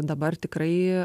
dabar tikrai